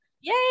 Yay